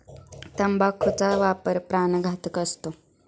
तंबाखूचा वापर प्राणघातक असतो